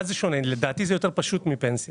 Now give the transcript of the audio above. לדעתי זה יותר פשוט מפנסיה.